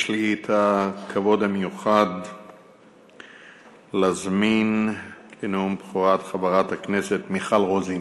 יש לי הכבוד המיוחד להזמין לנאום בכורה את חברת הכנסת מיכל רוזין.